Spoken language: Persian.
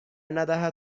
ندهد